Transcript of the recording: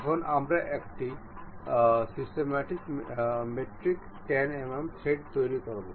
এখন আমরা একটি সিস্টেমেটিক মেট্রিক 10 mm থ্রেড তৈরি করব